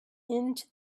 into